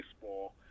Baseball